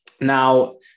Now